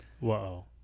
Whoa